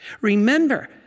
Remember